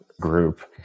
group